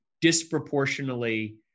disproportionately